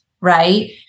right